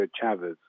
Chavez